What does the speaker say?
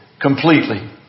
completely